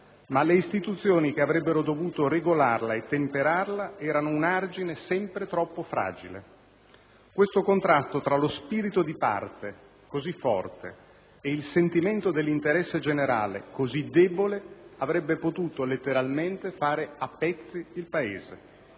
ma le istituzioni che avrebbero dovuto regolarla e temperarla erano un argine sempre troppo fragile. Questo contrasto tra lo spirito di parte, così forte, ed il sentimento dell'interesse generale, così debole, avrebbe potuto letteralmente fare a pezzi il Paese.